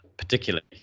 particularly